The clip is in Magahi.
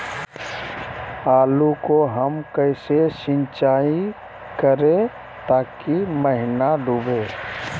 आलू को हम कैसे सिंचाई करे ताकी महिना डूबे?